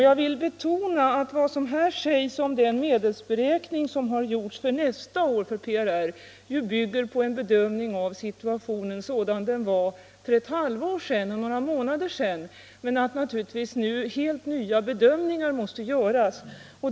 Jag vill betona att vad som här sägs om den medelsberäkning som gjorts för nästa år för PRR bygger på en bedömning av situationen sådan den var för ett halvår sedan och för några månader sedan men att naturligtvis nu helt nya bedömningar måste göras.